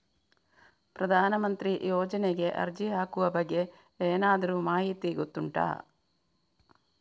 ಪ್ರಧಾನ ಮಂತ್ರಿ ಯೋಜನೆಗೆ ಅರ್ಜಿ ಹಾಕುವ ಬಗ್ಗೆ ಏನಾದರೂ ಮಾಹಿತಿ ಗೊತ್ತುಂಟ?